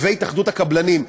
והתאחדות הקבלנים,